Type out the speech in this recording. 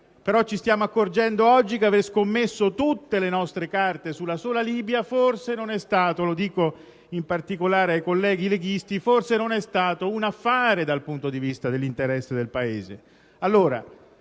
Ci stiamo accorgendo oggi però che aver scommesso tutte le nostre carte sulla sola Libia forse non è stato - mi rivolgo in particolare ai colleghi leghisti - un affare dal punto di vista dell'interesse del Paese.